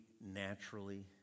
naturally